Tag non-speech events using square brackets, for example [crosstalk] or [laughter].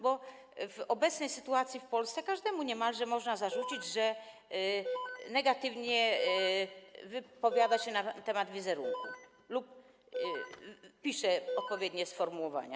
Bo w obecnej sytuacji w Polsce każdemu niemalże można zarzucić, [noise] że negatywnie wypowiada się na temat wizerunku lub pisze odpowiednie sformułowania.